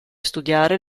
studiare